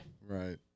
Right